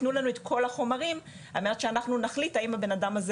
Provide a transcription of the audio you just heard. תנו לנו את כל החומרים על מנת אנחנו נחליט האם הבן אדם הזה